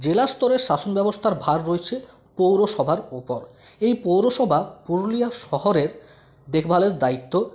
জেলা স্তরের শাসন ব্যবস্থার ভার রয়েছে পৌরসভার উপর এই পৌরসভা পুরুলিয়া শহরের দেখভালের দায়িত্ব